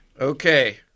Okay